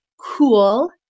cool